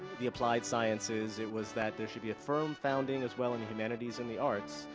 the applied sciences. it was that there should be a firm founding as well in the humanities and the arts,